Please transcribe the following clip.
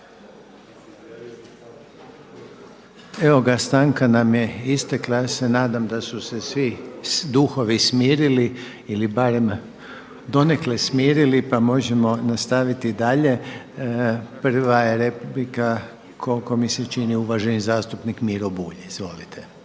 Evo ga stanka nam je istekla, ja se nadam da su se svi duhovi smirili ili barem donekle smirili pa možemo nastaviti dalje. Prva je replika koliko mi se čini uvaženi zastupnik Miro Bulj. Izvolite.